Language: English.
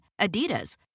Adidas